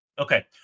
Okay